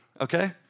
okay